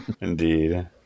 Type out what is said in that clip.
Indeed